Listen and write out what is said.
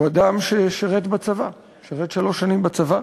הוא אדם ששירת בצבא, שירת שלוש שנים בצבא,